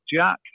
Jack